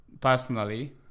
personally